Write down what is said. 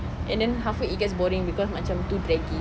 and then halfway it gets boring because macam too draggy